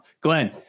Glenn